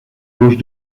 gauche